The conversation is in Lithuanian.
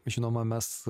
žinoma mes